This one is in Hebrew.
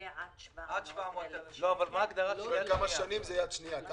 מבחינת השנים, מה ההגדרה של דירה יד שנייה?